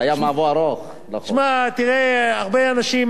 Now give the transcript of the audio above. הרבה אנשים,